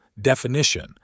Definition